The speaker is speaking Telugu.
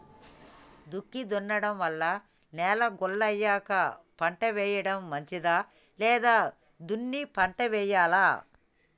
దుక్కి దున్నడం వల్ల నేల గుల్ల అయ్యాక పంట వేయడం మంచిదా లేదా దున్ని పంట వెయ్యాలా?